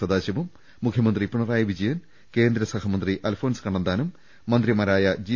സദാശിവം മുഖ്യമന്ത്രി പിണറായി വിജയൻ കേന്ദ്ര സഹമന്ത്രി അൽഫോണൻസ് കണ്ണന്താനം മന്ത്രിമാരായ ജി